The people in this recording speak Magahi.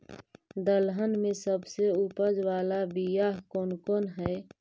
दलहन में सबसे उपज बाला बियाह कौन कौन हइ?